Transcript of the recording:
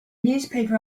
newspaper